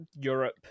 Europe